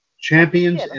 Champions